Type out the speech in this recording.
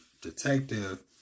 detective